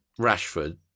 Rashford